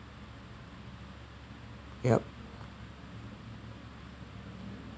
yup